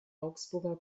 augsburger